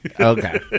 Okay